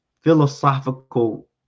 philosophical